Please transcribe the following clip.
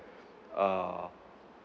err